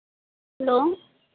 hello